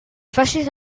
facis